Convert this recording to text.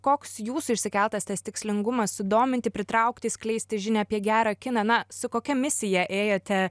koks jūsų išsikeltas tas tikslingumas sudominti pritraukti skleisti žinią apie gerą kiną na su kokia misija ėjote